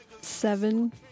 seven